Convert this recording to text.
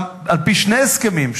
על-פי שני הסכמים,